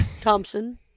Thompson